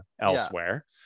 elsewhere